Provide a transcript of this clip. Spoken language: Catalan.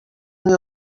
unió